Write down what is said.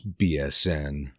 BSN